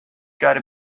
gotta